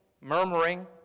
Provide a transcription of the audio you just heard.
murmuring